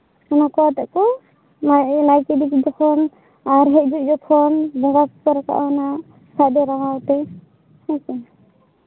ᱚᱱᱟ ᱠᱚ ᱟᱛᱮᱜ ᱠᱚ ᱱᱟᱭᱠᱮ ᱩᱰᱩᱠ ᱡᱚᱠᱷᱚᱱ ᱟᱨ ᱦᱤᱡᱩᱜ ᱡᱚᱠᱷᱚᱱ ᱵᱚᱸᱜᱟ ᱠᱚᱠᱚ ᱨᱟᱠᱟᱵᱟ ᱚᱱᱟ ᱥᱟᱰᱮ ᱨᱟᱦᱟᱛᱮ ᱦᱮᱸᱥᱮ